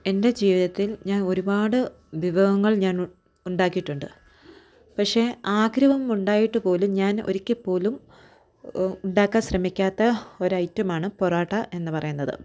എൻ്റെ ജീവിതത്തിൽ ഞാൻ ഒരുപാട് വിഭവങ്ങൾ ഞാൻ ഉണ്ടാക്കിയിട്ടുണ്ട് പക്ഷേ ആഗ്രഹം ഉണ്ടായിട്ട് പോലും ഞാൻ ഒരിക്കൽ പോലും ഉണ്ടാക്കാൻ ശ്രമിക്കാത്ത ഒരൈറ്റമാണ് പൊറോട്ട എന്ന് പറയുന്നത്